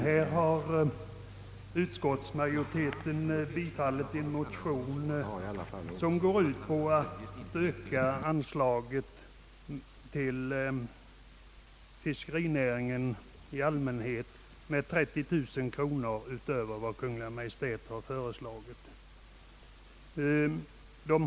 Herr talman! Under denna punkt har utskottsmajoriteten tillstyrkt en motion som går ut på ökning av anslaget till fiskerinäringen i allmänhet med 30 000 kronor utöver vad Kungl. Maj:t har äskat.